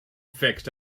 fixed